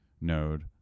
node